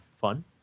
fun